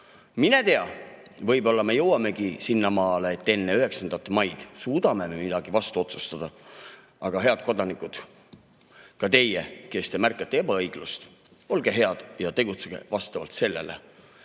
Mine tea, võib-olla me jõuamegi sinnamaale, et enne 9. maid suudame midagi otsustada. Aga, head kodanikud, ka teie, kes te märkate ebaõiglust, olge head ja tegutsege vastavalt sellele. Küll